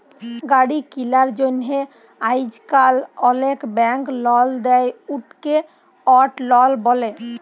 গাড়ি কিলার জ্যনহে আইজকাল অলেক ব্যাংক লল দেই, উটকে অট লল ব্যলে